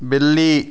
बिल्ली